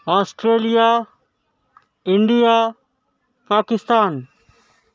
Australia India Pakistan